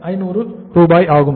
22500 ஆகும்